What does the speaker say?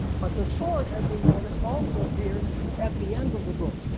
but the sword as we notice also appears at the end of the book,